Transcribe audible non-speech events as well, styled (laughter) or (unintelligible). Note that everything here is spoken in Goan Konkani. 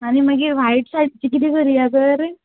आनी मागीर (unintelligible)